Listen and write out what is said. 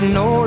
no